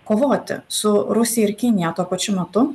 kovoti su rusija ir kinija tuo pačiu metu